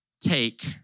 take